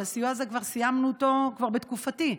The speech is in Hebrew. אבל הסיוע הזה, כבר סיימנו אותו כבר בתקופתי.